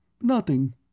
nothing